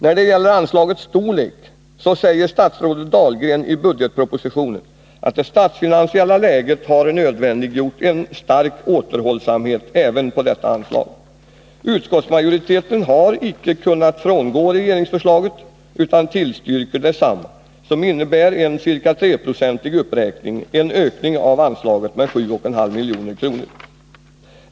När det gäller anslagets storlek säger statsrådet Dahlgren i budgetpropositionen att det statsfinansiella läget har nödvändiggjort en stark återhållsamhet även i fråga om detta anslag. Utskottsmajoriteten har icke kunnat frångå regeringsförslaget utan tillsyrker det. Det innebär en ca 3-procentig uppräkning, en ökning av anslaget med 7,5 milj.kr.